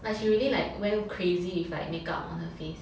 like she like really went crazy with like makeup on her face